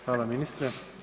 Hvala ministre.